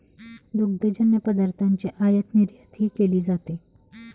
दुग्धजन्य पदार्थांची आयातनिर्यातही केली जाते